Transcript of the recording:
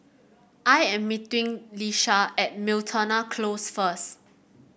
I am meeting Ieshia at Miltonia Close first